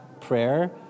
prayer